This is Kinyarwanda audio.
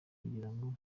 kugirango